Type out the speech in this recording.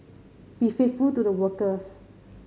be faithful to the workers